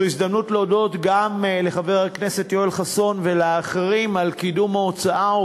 זו ההזדמנות להודות גם לחבר הכנסת יואל חסון ולאחרים על קידום ההצעה,